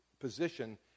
position